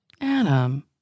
Adam